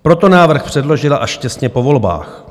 Proto návrh předložila až těsně po volbách.